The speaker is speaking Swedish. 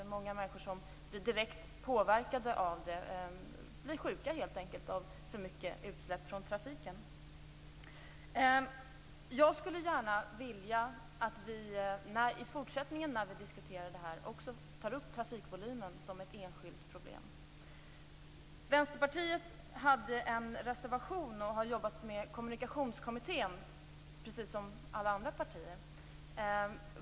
Det är många människor som helt enkelt blir sjuka av för mycket utsläpp från trafiken. Jag skulle gärna vilja att vi i fortsättningen när vi diskuterar detta också tar upp trafikvolymen som ett enskilt problem. Vänsterpartiet hade en reservation och har jobbat med Kommunikationskommittén, precis som alla andra partier.